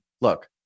look